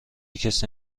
کسی